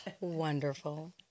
wonderful